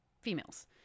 females